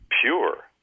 pure